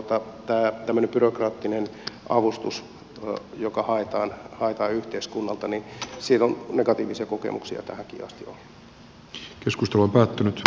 sinällänsä tämmöisestä byrokraattisesta avustuksesta joka haetaan yhteiskunnalta on negatiivisia kokemuksia tähänkin asti ollut